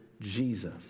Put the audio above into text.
jesus